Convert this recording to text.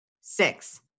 Six